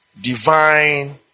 Divine